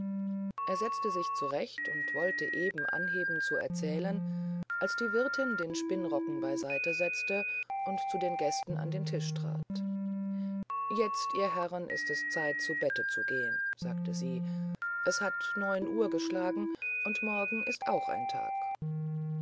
er setzt sich zurecht und wollt eben anheben zu erzählen als die wirtin den spinnrocken beiseite setzte und zu den gästen an den tisch trat jetzt ihr herren ist es zeit zu bette zu gehen sagte sie es hat neun uhr geschlagen und morgen ist auch ein tag